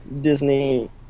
Disney